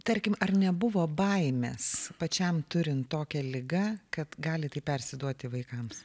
tarkim ar nebuvo baimės pačiam turint tokią ligą kad gali tai persiduoti vaikams